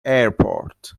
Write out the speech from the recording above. airport